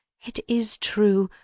it is true!